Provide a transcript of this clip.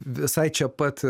visai čia pat